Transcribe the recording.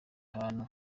ahantu